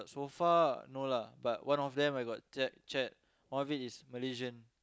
so far no lah but one of them I got chat chat one of it is Malaysian